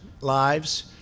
lives